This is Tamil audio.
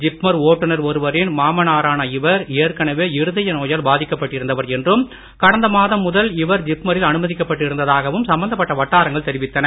ஜிப்மர் ஓட்டுனர் ஒருவரின் மாமானாரான அவர் ஏற்கனவே இருதய நோயால் பாதிக்கப் பட்டிருந்தவர் என்றும் கடந்த மாதம் முதல் இவர் ஜிப்ம ரில் அனுமதிக்கப்பட்டு சம்பந்தப்பட்ட இருந்ததாகவும் வட்டாரங்கள் தெரிவித்தன